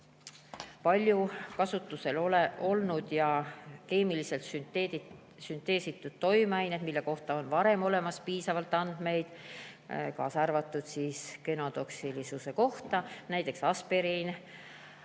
palju kasutusel olnud ja keemiliselt sünteesitud toimeaineid, mille kohta on olemas piisavalt andmeid, kaasa arvatud genotoksilisuse kohta, näiteks aspiriin,